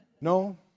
No